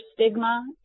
stigma